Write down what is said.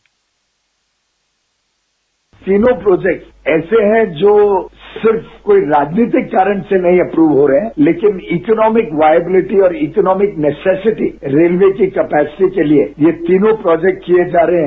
bite तीनों projects ऐसे हैं जो सिर्फ कोई राजनीतिक कारण से नहीं एप्रव हो रहे हैं लेकिन इकनोमी वायबलेटी और इकनोमी नेस्ससिटी रेलवे की कैप्सिटी के लिए ये तीनों प्रोजेक्ट किए जा रहे हैं